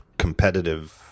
competitive